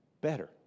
better